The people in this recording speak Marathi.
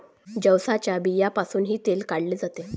जवसाच्या बियांपासूनही तेल काढले जाते